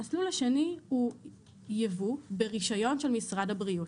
המסלול השני הוא ייבוא ברישיון של משרד הבריאות.